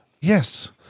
Yes